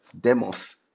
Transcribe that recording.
demos